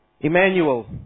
Emmanuel